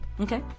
Okay